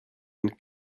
and